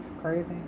crazy